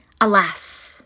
Alas